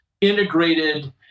integrated